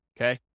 okay